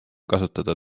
kasutada